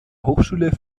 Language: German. hochschule